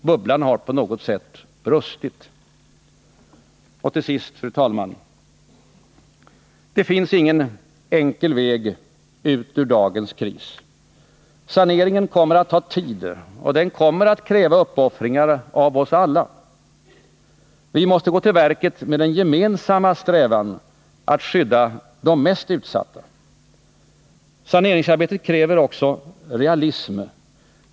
Bubblan har brustit. Till sist, fru talman! Det finns ingen enkel väg ut ur dagens kris. Saneringen kommer att ta tid och den kommer att kräva uppoffringar av oss alla. Vi måste gå till verket med den gemensamma strävan att skydda de mest utsatta. Saneringsarbetet kräver också realism.